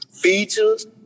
features